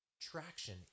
traction